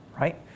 right